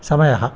समयः